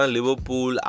Liverpool